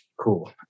Cool